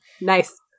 Nice